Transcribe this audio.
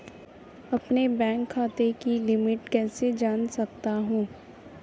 अपने बैंक खाते की लिमिट कैसे जान सकता हूं?